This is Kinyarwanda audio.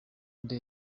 nde